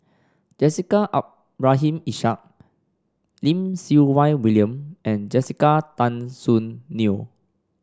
Jessica Abdul Rahim Ishak Lim Siew Wai William and Jessica Tan Soon Neo